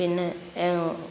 പിന്നെ